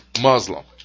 Muslim